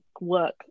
work